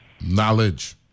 knowledge